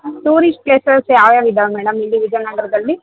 tourist places ಯಾವ್ಯಾವು ಇದಾವೆ madam ಇಲ್ಲಿ ವಿಜಯನಗರ್ದಲ್ಲಿ